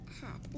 happy